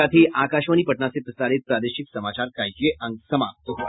इसके साथ ही आकाशवाणी पटना से प्रसारित प्रादेशिक समाचार का ये अंक समाप्त हुआ